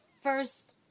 first